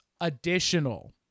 additional